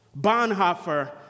Bonhoeffer